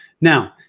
Now